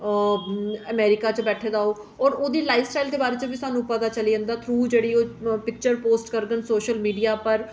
होर जेह्ड़ा अमरीका च बैठे दा होऐ होर ओह्दी लाइफस्टाइल दे बारे च बी स्हान्नूं पता चली जंदा ते जेह्ड़ी ओह् पिक्चर शेयर करदे सोशल मीडिया पर